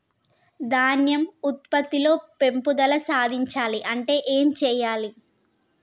ధాన్యం ఉత్పత్తి లో పెంపుదల సాధించాలి అంటే ఏం చెయ్యాలి?